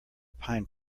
pine